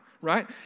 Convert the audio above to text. right